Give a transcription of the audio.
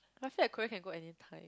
I feel like Korea can go anytime